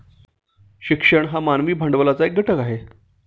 शिक्षण हा मानवी भांडवलाचा एक घटक आहे